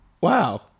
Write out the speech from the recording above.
Wow